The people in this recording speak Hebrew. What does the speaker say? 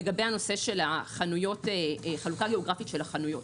לגבי הנושא של חלוקה גיאוגרפית של החנויות.